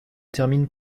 termine